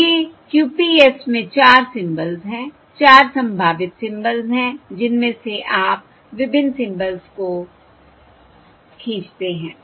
तो ये QPS में 4 सिंबल्स हैं 4 संभावित सिंबल्स हैं जिनमें से आप विभिन्न सिंबल्स को खींचते हैं